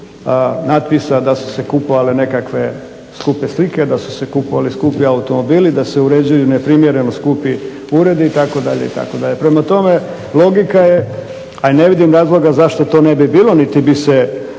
smislu natpisa da su se kupovale nekakve skupe slike, da su se kupovali skupi automobili, da se uređuju neprimjereno skupi uredi itd., itd. Prema tome, logika je a i ne vidim razloga zašto to ne bi bilo niti bi se takvim